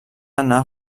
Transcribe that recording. anar